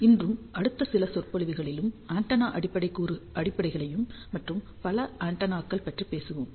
இன்றும் அடுத்த சில சொற்பொழிவுகளிலும் ஆண்டெனா அடிப்படைகளையும் மற்றும் பல ஆண்டெனாக்கள் பற்றி பேசுவோம்